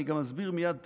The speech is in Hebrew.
אני גם אסביר מייד,